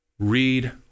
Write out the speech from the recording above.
Read